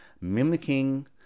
mimicking